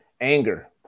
Anger